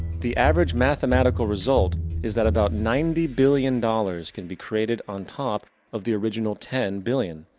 the average mathematical result is that about ninety billion dollars can be created on top of the original ten billion.